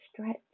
stretch